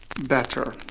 better